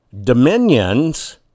Dominion's